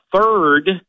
third